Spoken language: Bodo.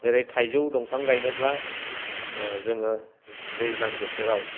जेरै थाइजौ दंफां गायनोब्ला जोङो दैज्लां बोथोराव